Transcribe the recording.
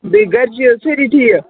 بیٚیہِ گَرِچھِی حظ سٲری ٹھیٖک